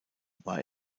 war